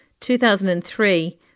2003